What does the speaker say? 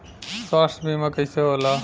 स्वास्थ्य बीमा कईसे होला?